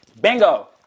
Bingo